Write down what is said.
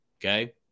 Okay